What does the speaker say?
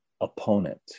opponent